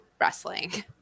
wrestling